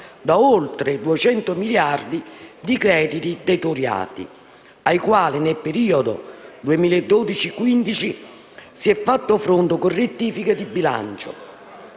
da oltre 200 miliardi di crediti deteriorati, ai quali, nel periodo 2012-2015, si è fatto fronte con rettifiche di bilancio,